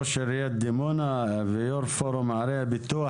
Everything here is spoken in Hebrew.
ראש עיריית דימונה ויו"ר פורום ערי הפיתוח.